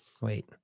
Wait